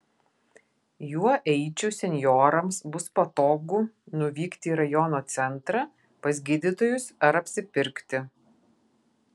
juo eičių senjorams bus patogu nuvykti į rajono centrą pas gydytojus ar apsipirkti